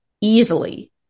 easily